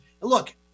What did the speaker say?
Look